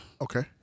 Okay